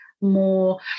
more